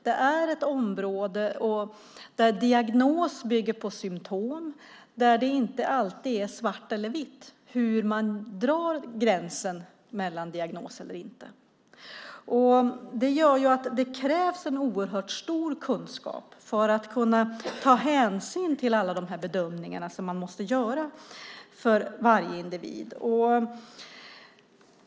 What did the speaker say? Det är ett område där diagnos bygger på symtom, där det inte alltid är svart eller vitt hur man drar gränsen mellan diagnoser. Det gör att det krävs en oerhört stor kunskap för att kunna ta hänsyn till alla dessa bedömningar som man måste göra för varje individ.